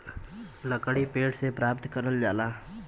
लकड़ी पेड़ से प्राप्त करल जाला